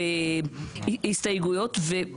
כמובן,